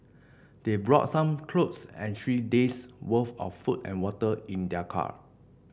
they brought some clothes and three days' worth of food and water in their car